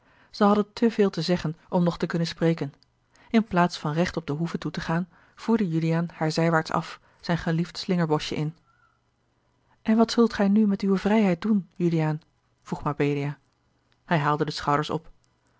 zij hadden te veel te zeggen om nog te kunnen spreken in plaats van recht op de hoeve toe te gaan voerde juliaan haar zijwaarts af zijn geliefd slingerboschje in en wat zult gij nu met uwe vrijheid doen juliaan vroeg mabelia hij haalde de schouders op